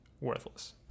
worthless